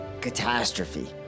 catastrophe